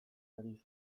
ari